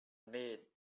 maid